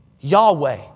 Yahweh